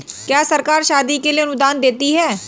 क्या सरकार शादी के लिए अनुदान देती है?